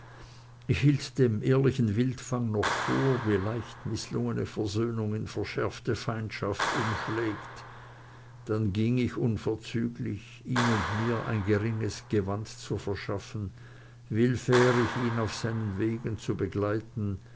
ich hielt dem ehrlichen wildfang noch vor wie leicht mißlungene versöhnung in verschärfte feindschaft umschlägt dann ging ich unverzüglich ihm und mir geringes gewand zu verschaffen willfährig ihn auf seinen wegen zu begleiten